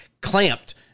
clamped